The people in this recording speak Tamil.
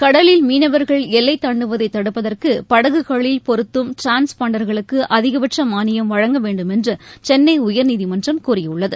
கடலில் மீனவர்கள் எல்லை தாண்டுவதை தடுப்பதற்கு படகுகளில் பொருத்தும் டிரான்பான்டர்களுக்கு அதிகபட்ச மானியம் வழங்க வேண்டும் என்று சென்னை உயர்நீதிமன்றம் கூறியுள்ளது